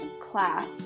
class